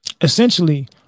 essentially